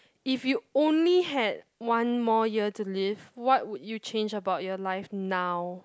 if you only had one more year to live what would you change about your life now